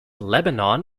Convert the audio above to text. lebanon